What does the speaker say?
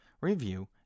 review